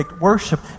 worship